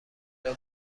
جدا